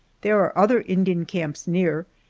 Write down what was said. there are other indian camps near,